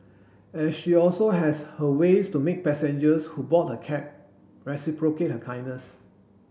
and she also has her ways to make passengers who board her cab reciprocate her kindness